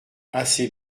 assez